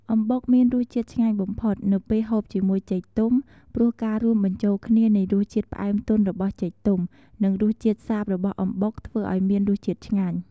អំបុកមានរសជាតិឆ្ងាញ់បំផុត នៅពេលហូបជាមួយចេកទុំ ព្រោះការរួមបញ្ចូលគ្នានៃរសជាតិផ្អែមទន់របស់ចេកទុំ និងរសជាតិសាបបស់អំបុក ធ្វើឱ្យមានរសជាតិឆ្ងាញ។